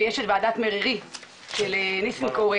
ויש את ועדת מררי של ניסנקורן